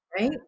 Right